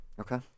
Okay